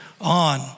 on